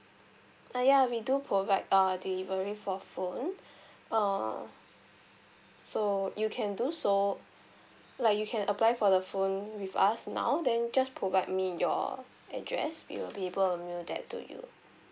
uh ya we do provide uh delivery for phone uh so you can do so like you can apply for the phone with us now then just provide me your address we will be able to mail that to you